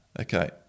Okay